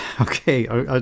Okay